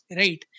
right